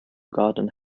garden